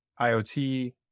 IoT